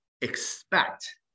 expect-